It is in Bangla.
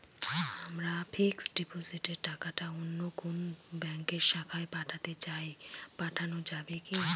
আমার ফিক্সট ডিপোজিটের টাকাটা অন্য কোন ব্যঙ্কের শাখায় পাঠাতে চাই পাঠানো যাবে কি?